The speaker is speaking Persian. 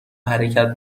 حرکت